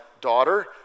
daughter